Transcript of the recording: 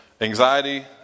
Anxiety